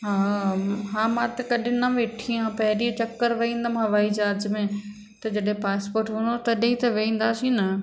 हा हा मां त कॾहिं न वेठी आहियां पहिरीं चकर विहंदमि हवाई जहाज में त जॾहिं पासपोट हूंदो तॾहिं त विहंदासीं न